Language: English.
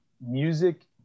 music